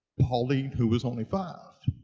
pauline who was only five.